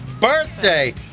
birthday